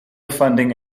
funding